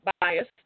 bias